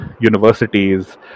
universities